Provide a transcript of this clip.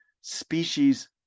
species